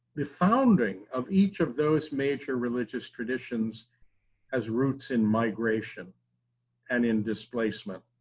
the founding of each of those major religious traditions has roots in migration and in displacement.